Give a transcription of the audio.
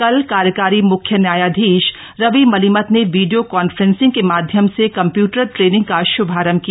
कल कार्यकारी मुख्य न्यायाधीश रवि मलिमत ने वीडियो कॉन्फ्रेंसिंग के माध्यम से कम्प्यूटर ट्रेनिंग का श्भारंभ किया